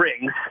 rings